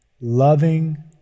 loving